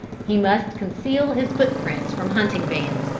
he must conceal his footprints from hunting bands,